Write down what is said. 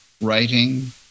writing